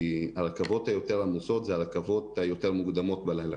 כי הרכבות היותר עמוסות אלה הרכבות היותר מוקדמות בלילה,